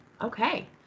okay